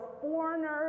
foreigners